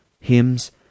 hymns